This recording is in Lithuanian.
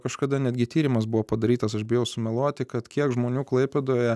kažkada netgi tyrimas buvo padarytas aš bijau sumeluoti kad kiek žmonių klaipėdoje